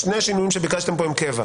שני השינויים שביקשתם פה הם קבע?